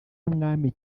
w’umwami